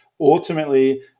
Ultimately